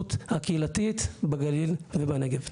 ההתיישבות הקהילתית בגליל ובנגב.